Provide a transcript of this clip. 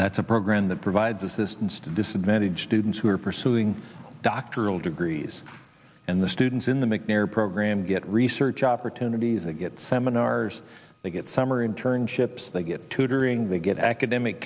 that's a program that provides assistance to disadvantaged students who are pursuing doctoral degrees and the students in the mcnair program get research opportunities and get seminars they get some are in turn ships they get tutoring they get academic